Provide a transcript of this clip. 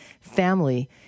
family